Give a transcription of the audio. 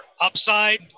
upside